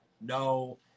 no